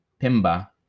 Pimba